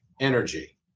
energy